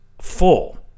full